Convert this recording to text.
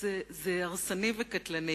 זה הרסני וקטלני,